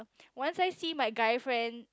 once I see my guy friend